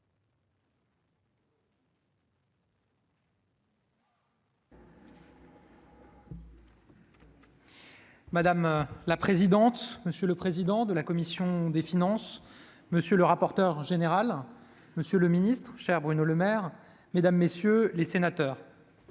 Madame la présidente, monsieur le président de la commission des finances, monsieur le rapporteur général, monsieur le Ministre, Cher Bruno Lemaire, mesdames, messieurs les sénateurs,